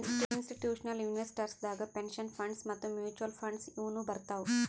institutional investors ದಾಗ್ pension funds ಮತ್ತ್ mutual funds ಇವ್ನು ಬರ್ತವ್